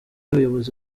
abayobozi